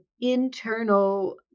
internal